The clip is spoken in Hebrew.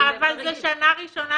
היא צודקת, זה רגיש.